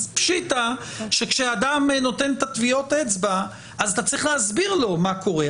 אז פשיטא שכשאדם נותן את טביעות האצבע אז אתה צריך להסביר לו מה קורה,